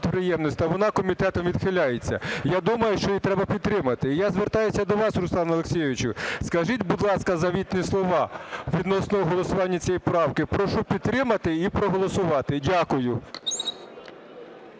вона комітетом відхиляється? Я думаю, що її треба підтримати. І я звертаюся до вас, Руслане Олексійовичу, скажіть, будь ласка, завітні слова відносно голосування цієї правки "прошу підтримати і проголосувати". Дякую.